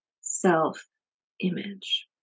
self-image